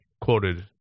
quoted